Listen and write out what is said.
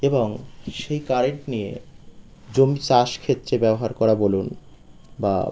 এবং সেই কারেন্ট নিয়ে জমি চাষ ক্ষেত্রে ব্যবহার করা বলুন বা